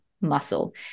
muscle